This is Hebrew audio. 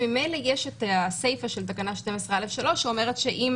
וממילא יש את הסיפא של תקנה 12(א)(3) שאומרת שאם